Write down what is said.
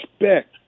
respect